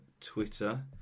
Twitter